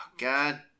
God